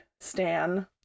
stan